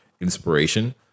inspiration